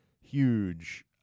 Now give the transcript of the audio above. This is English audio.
huge